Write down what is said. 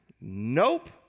nope